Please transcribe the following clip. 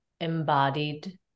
embodied